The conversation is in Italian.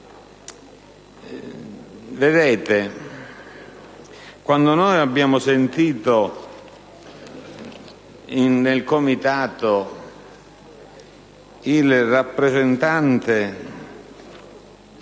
Vedete, quando abbiamo sentito al Comitato il rappresentante